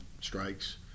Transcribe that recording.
strikes